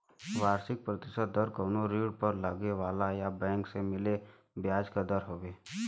वार्षिक प्रतिशत दर कउनो ऋण पर लगे वाला या बैंक से मिले ब्याज क दर हउवे